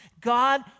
God